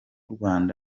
rwanda